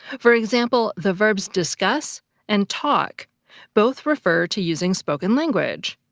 for example, the verbs discuss and talk both refer to using spoken language,